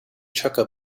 chukka